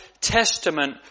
Testament